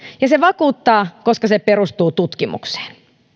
ja se vakuuttaa koska se perustuu tutkimukseen